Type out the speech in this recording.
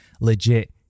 legit